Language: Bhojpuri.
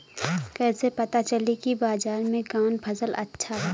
कैसे पता चली की बाजार में कवन फसल अच्छा बा?